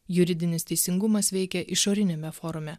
juridinis teisingumas veikia išoriniame forume